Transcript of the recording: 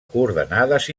coordenades